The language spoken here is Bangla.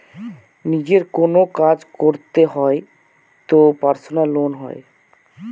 নিজের কোনো কাজ করতে হয় তো পার্সোনাল লোন হয়